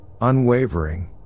unwavering